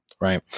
right